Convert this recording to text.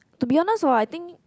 to be honest hor I think